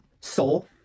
Soul